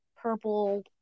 purple